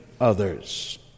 others